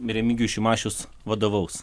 remigijus šimašius vadovaus